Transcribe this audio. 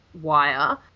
wire